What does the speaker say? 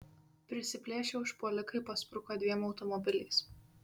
prisiplėšę užpuolikai paspruko dviem automobiliais